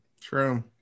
True